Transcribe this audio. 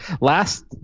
last